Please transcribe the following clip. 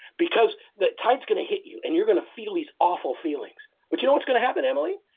because that tide is going to hit you and you're going to feel these awful feelings but you know what's going to happen, emily?